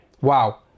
wow